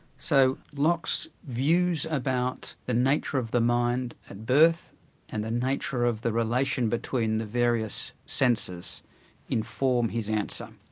so locke's views about the nature of the mind at birth and the nature of the relation between the various senses inform his answer.